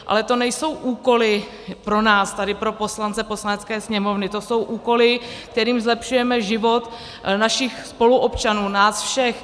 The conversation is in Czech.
Ale to nejsou úkoly pro nás tady, pro poslance Poslanecké sněmovny, to jsou úkoly, kterými zlepšujeme život našich spoluobčanů, nás všech.